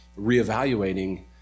reevaluating